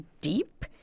deep